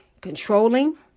controlling